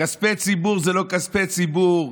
כספי ציבור זה לא כספי ציבור,